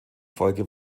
folge